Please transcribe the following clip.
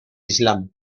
islam